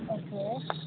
okay